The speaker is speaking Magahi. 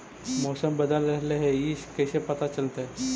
मौसम बदल रहले हे इ कैसे पता चलतै?